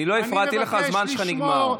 אני לא הפרעתי לך, הזמן שלך נגמר.